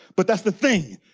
but that's the thing,